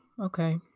okay